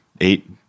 eight